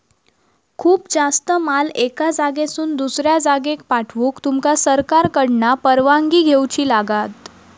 खूप जास्त माल एका जागेसून दुसऱ्या जागेक पाठवूक तुमका सरकारकडना परवानगी घेऊची लागात